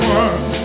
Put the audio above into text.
one